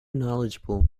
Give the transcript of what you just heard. knowledgeable